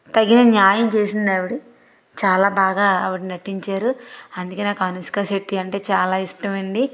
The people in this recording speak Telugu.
తగిన న్యాయం చేసిందావిడి చాలా బాగా ఆవిడి నటించారు అందుకే నాకు అనుష్క శెట్టి అంటే చాలా ఇష్టం అండి